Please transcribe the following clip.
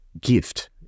gift